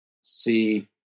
see